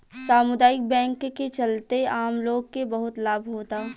सामुदायिक बैंक के चलते आम लोग के बहुत लाभ होता